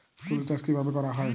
তুলো চাষ কিভাবে করা হয়?